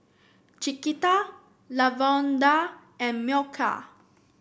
Chiquita Lavonda and Mykel